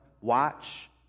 Watch